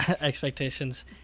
expectations